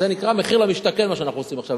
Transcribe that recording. זה נקרא מחיר למשתכן, מה שאנחנו עושים עכשיו.